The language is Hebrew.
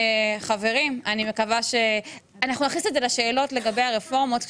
אנחנו נכניס את זה לשאלות לגבי הרפורמות כשתבואו,